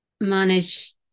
manage